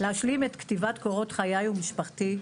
להשלים את כתיבת קורות חיי ומשפחתי,